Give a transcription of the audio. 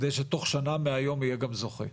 על מנת שתוך שנה מהיום יהיה גם זוכה?